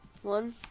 One